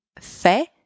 fait